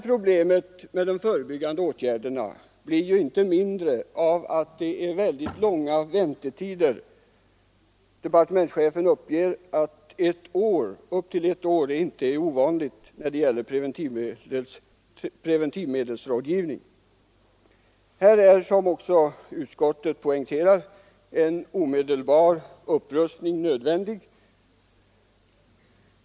Problemet med de förebyggande åtgärderna blir ju inte mindre av att väntetiderna för preventivmedelsrådgivning är mycket långa; departementschefen uppger att upp till ett år inte är ovanligt. Här är, vilket också utskottet poängterar, en omedelbar upprustning nödvändig.